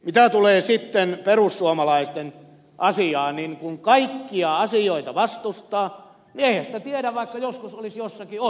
mitä tulee sitten perussuomalaisten asiaan niin kun kaikkia asioita vastustaa niin eihän sitä tiedä vaikka joskus olisi jossakin oikeassa